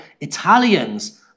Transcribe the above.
Italians